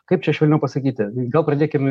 kaip čia švelniau pasakyti gal pradėkim